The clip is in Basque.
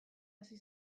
hasi